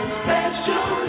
special